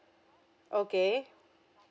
okay